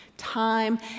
time